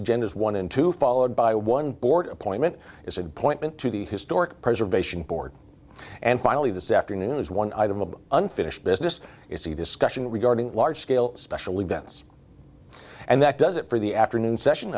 agendas one in two followed by one board appointment is an appointment to the historic preservation board and finally this afternoon is one item of unfinished business is the discussion regarding large scale special events and that does it for the afternoon session